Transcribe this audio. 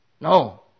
No